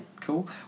cool